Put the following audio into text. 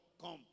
come